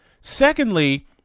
Secondly